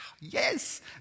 yes